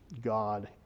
God